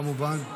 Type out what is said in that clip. כמובן?